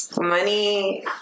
money